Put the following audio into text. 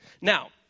Now